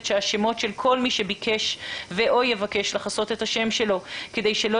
שהשמות של כל מי שביקש ו/או יבקש לחסות את השם שלו כדי שלא